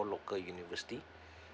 local university